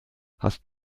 hast